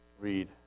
read